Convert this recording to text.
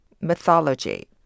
mythology